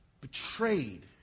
betrayed